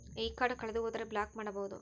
ಈ ಕಾರ್ಡ್ ಕಳೆದು ಹೋದರೆ ಬ್ಲಾಕ್ ಮಾಡಬಹುದು?